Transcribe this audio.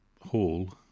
hall